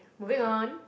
moving on